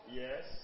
yes